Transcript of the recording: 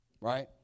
right